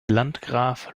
landgraf